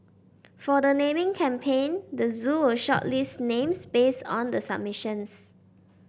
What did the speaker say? for the naming campaign the zoo will shortlist names based on the submissions